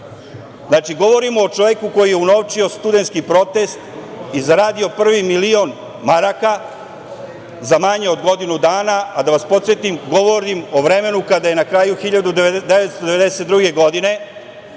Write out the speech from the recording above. milion. Znači, govorim o čoveku koji je unovčio studentski protest i zaradio prvi milion maraka za manje od godinu dana, a da vas podsetim, govorim o vremenu kada je na kraju 1992. godine